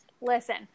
Listen